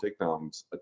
takedowns